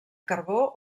carbó